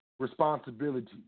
responsibility